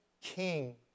King